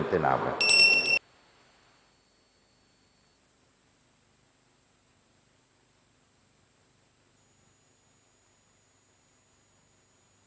grazie